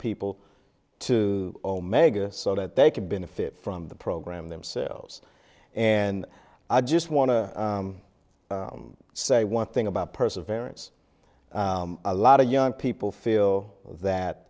people to omega so that they could benefit from the program themselves and i just want to say one thing about perseverance a lot of young people feel that